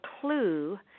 clue